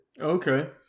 Okay